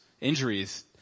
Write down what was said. injuries